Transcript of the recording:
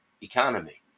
economy